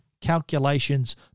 calculations